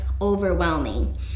overwhelming